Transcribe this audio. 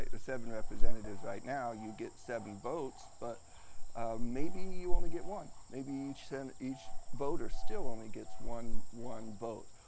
ah representatives right now you get seven votes. but maybe you only get one. maybe each and each voter still only gets one one vote.